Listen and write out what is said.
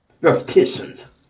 repetitions